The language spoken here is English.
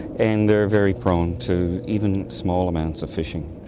and they're very prone to even small amounts of fishing.